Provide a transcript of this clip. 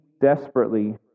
desperately